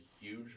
huge